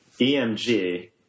EMG